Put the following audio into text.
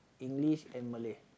English and Malay